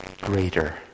greater